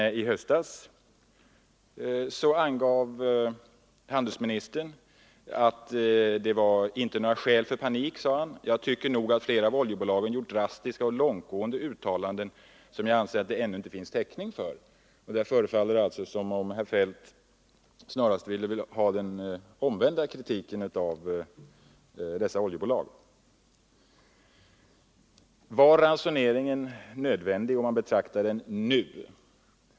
Men i höstas angav handelsministern att det inte var några skäl för panik: ” Jag tycker nog att flera av oljebolagen gjort drastiska och långtgående uttalanden som jag anser att det ännu inte finns täckning för.” Det förefaller alltså som om herr Feldt då snarast ville rikta den omvända kritiken mot dessa oljebolag. Var ransoneringen nödvändig, om man betraktar den nu i efterhand?